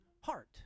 heart